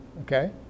okay